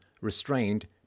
restrained